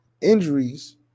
injuries